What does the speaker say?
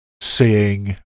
seeing